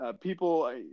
people